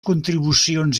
contribucions